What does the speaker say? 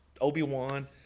Obi-Wan